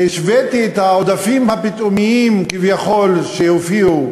והשוויתי את העודפים הפתאומיים כביכול, שהופיעו,